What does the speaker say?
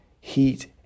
heat